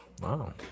Wow